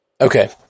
Okay